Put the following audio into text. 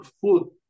food